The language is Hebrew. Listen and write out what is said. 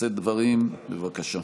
לשאת דברים, בבקשה.